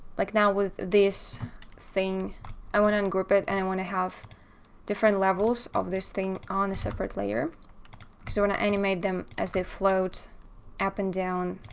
like now, with this thing i want ungroup it, and i want to have different levels of this thing on a separate layer because we're gonna animate them as they float up and down.